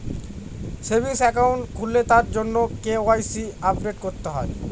savings account খুললে তার জন্য কে.ওয়াই.সি আপডেট করতে হয়